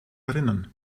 erinnern